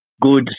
goods